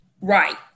Right